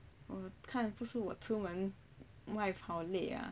你看是不是我出门外跑很累 ah